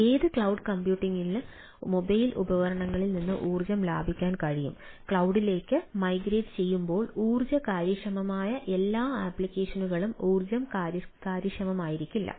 അതിനാൽ ക്ലൌഡ് ഉപകരണങ്ങളിൽ നിന്ന് ഊർജ്ജം ലാഭിക്കാൻ കഴിയും ക്ലൌഡിലേക്ക് മൈഗ്രേറ്റ് ചെയ്യുമ്പോൾ ഊർജ്ജ കാര്യക്ഷമമായ എല്ലാ ആപ്ലിക്കേഷനുകളും ഊർജ്ജ കാര്യക്ഷമമായിരിക്കില്ല